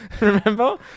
Remember